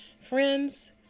friends